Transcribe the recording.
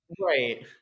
Right